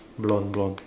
blonde blonde